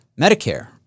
Medicare